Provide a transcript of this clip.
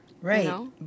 Right